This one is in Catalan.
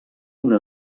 una